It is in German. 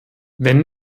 wenn